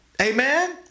Amen